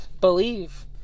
Believe